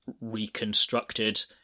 reconstructed